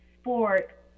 sport